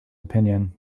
opinion